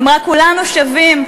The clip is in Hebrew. אמרה: כולנו שווים,